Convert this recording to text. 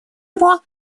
его